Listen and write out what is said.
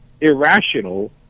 irrational